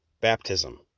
Baptism